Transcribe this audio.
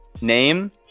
name